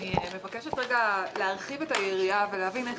אני מבקשת להרחיב את היריעה ולהבין איך